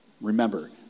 remember